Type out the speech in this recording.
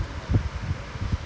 ya the [one] [one] yesterday night